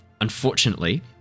unfortunately